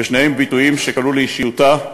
ושניהם ביטויים שקלעו לאישיותה,